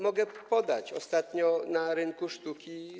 Mogę podać, że ostatnio na rynku sztuki.